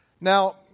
Now